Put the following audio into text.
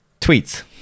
tweets